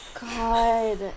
God